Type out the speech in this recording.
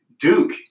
Duke